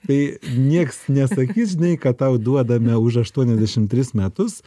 tai nieks nesakys žinai kad tau duodame už aštuoniasdešimt trys metus